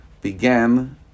began